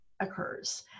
occurs